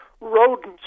rodents